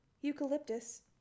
Eucalyptus